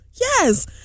yes